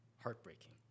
heartbreaking